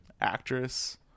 actress